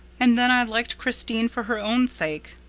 and then i liked christine for her own sake.